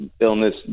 illness